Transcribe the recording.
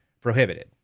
prohibited